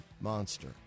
monster